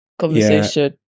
conversation